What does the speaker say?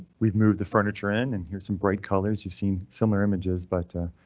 we've moved the furniture in, and here's some bright colors you've seen similar images, but.